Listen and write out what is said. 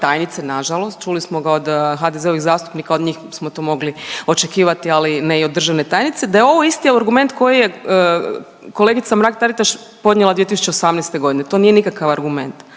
tajnice, nažalost, čuli smo ga od HDZ-ovih zastupnika, od njih smo to mogli očekivati, ali ne i od državne tajnice, da je ovo isti argument koji je kolegica Mrak-Taritaš podnijela 2018., to nije nikakav argument.